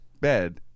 bed